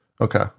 Okay